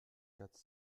quatre